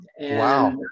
Wow